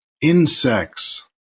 insects